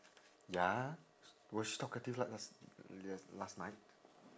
ya was she talkative las~ las~ las~ last night